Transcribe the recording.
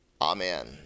Amen